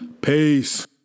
Peace